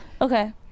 Okay